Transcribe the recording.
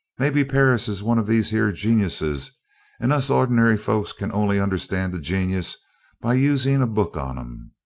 maybe perris is one of these here geniuses and us ordinary folks can only understand a genius by using a book on him.